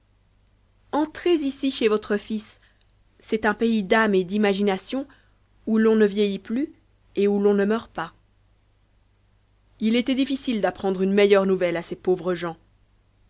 entrez ici chez votre nls c'est un pays d'âme et d'imagination où l'on ne vieillit plus et où l'on ne meurt pas il était difficile d'apprendre une meilleure nouvelle à ces pauvres gens